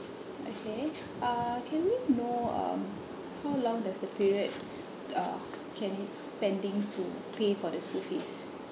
okay uh can we know um how long does the period uh can we pending to pay for the school fees